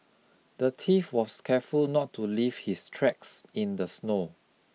the thief was careful not to leave his tracks in the snow